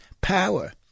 power